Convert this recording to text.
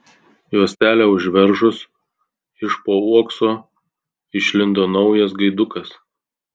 juostelę užveržus iš po uokso išlindo naujas gaidukas